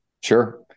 sure